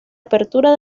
apertura